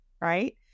right